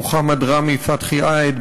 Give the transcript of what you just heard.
מוחמד ראמי פתחי עאיד,